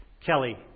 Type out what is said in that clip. Kelly